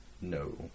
No